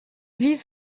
vise